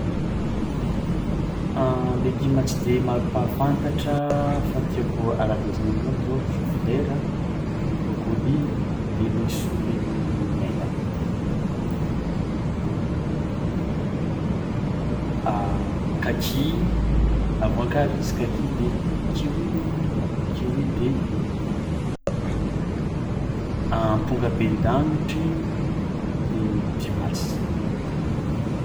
Legioma tsy de maro mpahafantatra fa tiàko arabezagna amin'ny ôlo zao choux folera de brocoli de laiso le mena regny, voankazo kaki a voankazo izy kaki de kiwi moa agnaragna ya, kiwi de ampongabendangitry de pibasy.